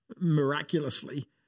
miraculously